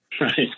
right